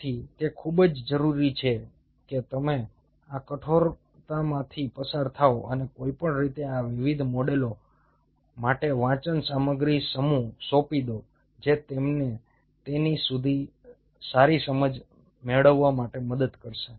તેથી તે ખૂબ જ જરૂરી છે કે તમે આ કઠોરતામાંથી પસાર થાઓ અને કોઈપણ રીતે આ વિવિધ મોડેલો માટે વાંચન સામગ્રીનો સમૂહ સોંપી દો જે તમને તેની વધુ સારી સમજ મેળવવા માટે મદદ કરશે